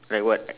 like what